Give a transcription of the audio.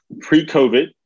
pre-COVID